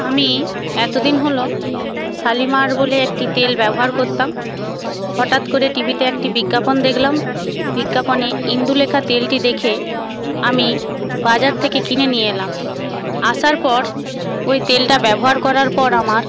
আমি এতদিন হল শালিমার বলে একটি তেল ব্যবহার করতাম হঠাৎ করে টিভিতে একটি বিজ্ঞাপন দেখলাম বিজ্ঞাপনে ইন্দুলেখা তেলটি দেখে আমি বাজার থেকে কিনে নিয়ে এলাম আসার পর ওই তেলটি ব্যবহার করার পর আমার